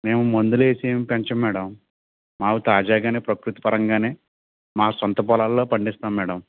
మేము మందులు వేసి ఏం పెంచము మేడం మావి తాజాగానే ప్రకృతి పరంగానే మా సొంత పొలాల్లో పండిస్తాం మేడం